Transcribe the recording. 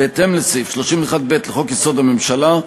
בהתאם לסעיף 31(ב) לחוק-יסוד: הממשלה,